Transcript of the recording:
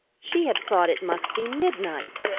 she had thought it must be midnight!